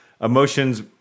emotions